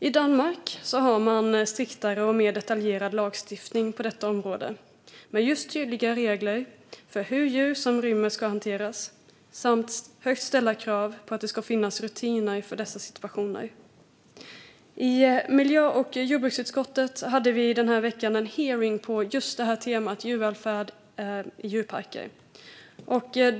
I Danmark har man striktare och mer detaljerad lagstiftning på detta område, med just tydliga regler för hur djur som rymmer ska hanteras samt högt ställda krav på att det ska finnas rutiner för dessa situationer. I miljö och jordbruksutskottet hade vi i veckan en hearing på just temat djurvälfärd i djurparker.